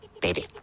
Baby